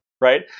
right